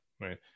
right